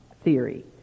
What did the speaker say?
theory